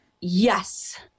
Yes